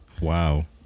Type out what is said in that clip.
Wow